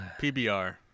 pbr